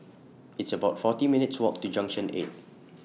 It's about forty minutes' Walk to Junction eight